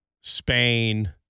spain